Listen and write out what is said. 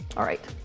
alright.